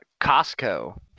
Costco